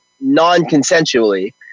non-consensually